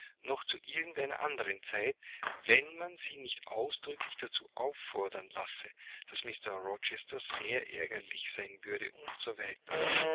noch zu irgend einer andern zeit wenn man sie nicht ausdrücklich dazu auffordern lasse daß mr rochester sehr ärgerlich sein würde